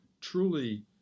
truly